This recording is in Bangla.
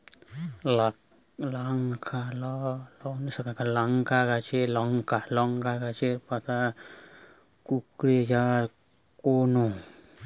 লংকা গাছের পাতা কুকড়ে যায় কেনো?